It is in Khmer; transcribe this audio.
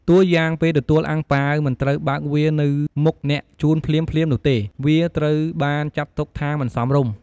តួរយ៉ាងពេលទទួលអាំងប៉ាវ មិនត្រូវបើកវានៅមុខអ្នកជូនភ្លាមៗនោះទេ វាត្រូវបានចាត់ទុកថាមិនសមរម្យ។